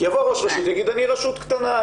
יבוא ראש רשות ויגיד: אני רשות קטנה,